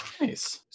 Nice